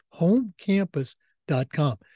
homecampus.com